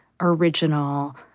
original